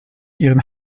ihren